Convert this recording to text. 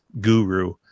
guru